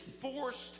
forced